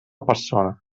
persona